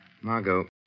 Margot